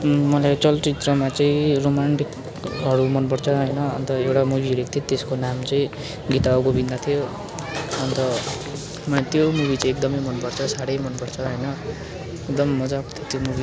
मलाई चलचित्रमा चाहिँ रोमान्टिकहरू मन पर्छ होइन अन्त एउटा मुभी हेरेको थिएँ त्यसको नाम चाहिँ गीता गोविन्द थियो अन्त मलाई त्यो मुभी चाहिँ एकदमै मन पर्छ साह्रै मन पर्छ होइन एकदम मज्जाको त्यो मुभी